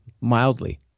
mildly